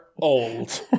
old